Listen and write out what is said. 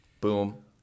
Boom